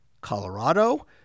Colorado